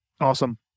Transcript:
Awesome